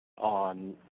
on